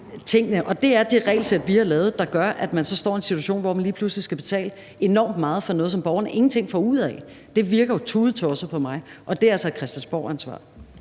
og det er det regelsæt, vi har lavet, der gør, at man står i en situation, hvor man lige pludselig skal betale enormt meget for noget, som borgeren ingenting får ud af. Det virker jo tudetosset på mig, og det er altså et Christiansborgansvar.